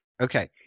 Okay